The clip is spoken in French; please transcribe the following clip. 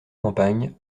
campagne